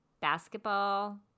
basketball